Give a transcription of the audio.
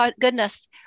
goodness